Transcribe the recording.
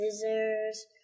scissors